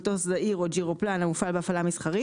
מטוס זעיר או ג'ירופלן המופעל בהפעלה מסחרית.